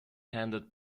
handed